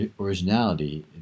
originality